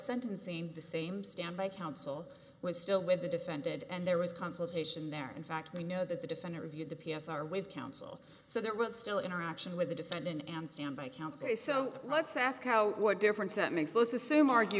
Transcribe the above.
sentencing the same standby counsel was still with the defended and there was consultation there in fact we know that the defendant reviewed the p s r with counsel so there was still interaction with the defendant and stand by counsel so let's ask how what difference that makes let's assume argue